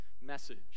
message